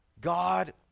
God